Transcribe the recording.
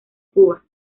cuba